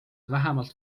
vähemalt